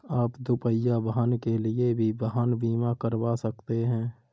आप दुपहिया वाहन के लिए भी वाहन बीमा करवा सकते हैं